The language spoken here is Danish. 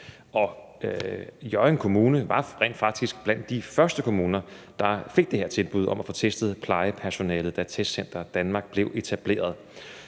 Hjørring Kommune var rent faktisk blandt de første kommuner, der fik det her tilbud om at få testet plejepersonalet, da Testcenter Danmark blev etableret.